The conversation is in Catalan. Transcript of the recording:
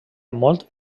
molt